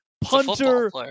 punter